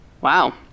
Wow